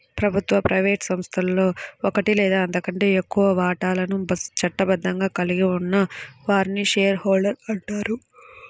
ప్రభుత్వ, ప్రైవేట్ సంస్థలో ఒకటి లేదా అంతకంటే ఎక్కువ వాటాలను చట్టబద్ధంగా కలిగి ఉన్న వారిని షేర్ హోల్డర్ అంటారు